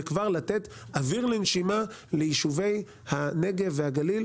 וכבר לתת אוויר לנשימה ליישובי הנגב והגליל,